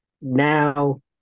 Now